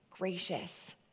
gracious